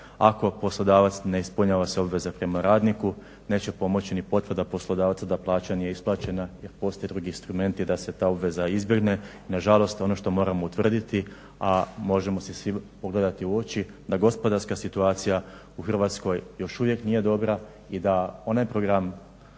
ako poslodavac ne ispunjava sve obveze prema radniku neće pomoći ni potvrda poslodavca da plaća nije isplaćena jer postoje drugi instrumenti da se ta obveza izbjegne. Na žalost ono što moramo utvrditi a možemo se svi pogledati u oči da gospodarska situacija u Hrvatskoj još uvijek nije dobra i da onaj program